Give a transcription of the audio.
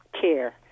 care